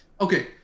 okay